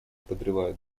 подрывают